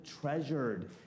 treasured